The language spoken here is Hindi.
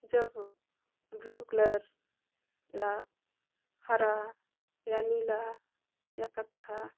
जब ब्लू कलर या हरा या नीला या कत्था